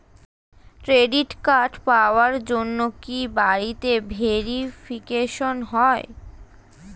Credit card পাওয়ার জন্য কি বাড়িতে ভেরিফিকেশন হয়?